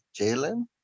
Jalen